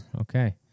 Okay